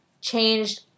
changed